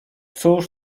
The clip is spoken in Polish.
cóż